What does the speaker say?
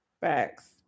Facts